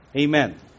Amen